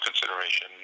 consideration